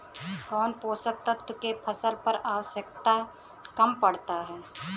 कौन पोषक तत्व के फसल पर आवशयक्ता कम पड़ता?